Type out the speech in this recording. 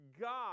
God